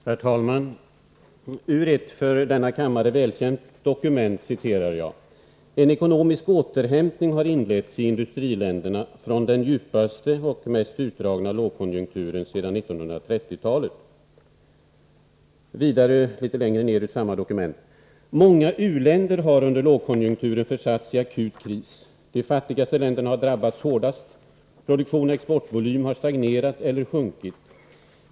Herr talman! Ur ett för denna kammare välkänt dokument citerar jag: ”En ekonomisk återhämtning har inletts i industriländerna från den djupaste och mest utdragna lågkonjunkturen sedan 1930-talet.” Litet längre ner i samma dokument står det: ”Många u-länder har under lågkonjunkturen försatts i en akut kris. De fattigaste länderna har drabbats hårdast. Produktion och exportvolym har stagnerat eller sjunkit.